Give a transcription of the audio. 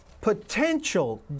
potential